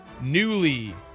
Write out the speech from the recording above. newly